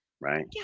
right